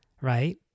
right